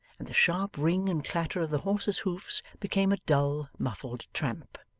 and the sharp ring and clatter of the horses' hoofs, became a dull, muffled tramp.